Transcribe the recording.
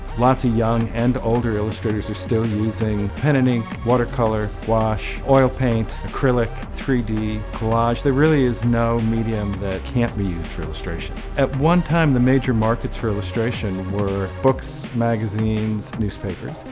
lots of young and older illustrators are still using pen and ink, watercolor, wash, oil paint, acrylic, three d, collage. there really is no medium that can't be used for illustration. at one time, the major markets for illustration were books, magazines, newspapers.